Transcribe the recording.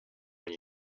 when